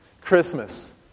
Christmas